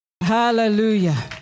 Hallelujah